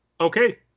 Okay